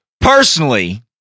personally